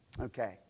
Okay